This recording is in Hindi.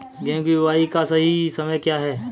गेहूँ की बुआई का सही समय क्या है?